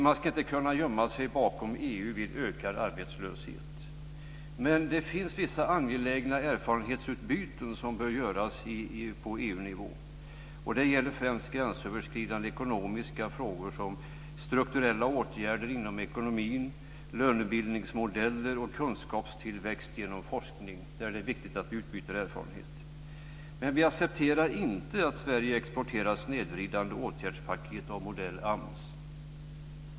Man ska inte kunna gömma sig bakom EU vid ökad arbetslöshet. Men det finns vissa angelägna erfarenhetsutbyten som bör göras på EU-nivå. Det gäller främst gränsöverskridande ekonomiska frågor som strukturella åtgärder inom ekonomin, lönebildningsmodeller och kunskapstillväxt genom forskning. Där är det viktigt att vi utbyter erfarenheter. Men vi accepterar inte att Sverige exporterar snedvridande åtgärdspaket av modell AMS.